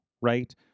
right